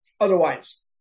Otherwise